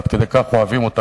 עד כדי כך אוהבים אותה,